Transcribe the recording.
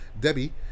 debbie